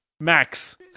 Max